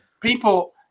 people